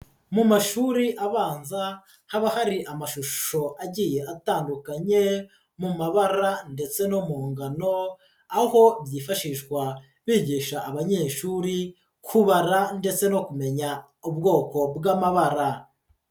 Mu mashuri abanza haba hari amashusho agiye atandukanye, mu mabara ndetse no mu ngano aho byifashishwa bigisha abanyeshuri kubara ndetse no kumenya ubwoko bw'amabara.